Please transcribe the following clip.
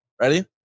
Ready